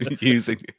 using